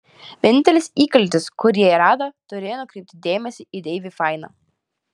vienintelis įkaltis kurį jie rado turėjo nukreipti dėmesį į deivį fainą